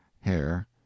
Hair